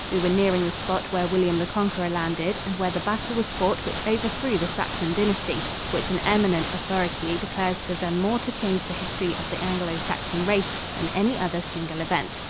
we were nearing the spot where william the conqueror landed and where the battle was fought which overthrew the saxon dynasty which an eminent authority declares to have done more to change the history of the anglo-saxon race than any other single event.